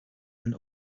and